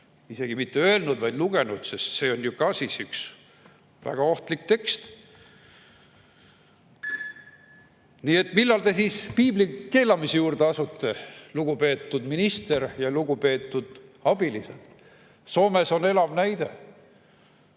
Isegi mitte öelnud, vaid lugenud, sest see on ju üks väga ohtlik tekst. Millal te Piibli keelamise juurde asute, lugupeetud minister ja lugupeetud abilised? Soomes on elav näide.